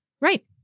Right